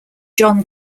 john